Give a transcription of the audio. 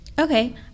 Okay